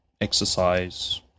exercise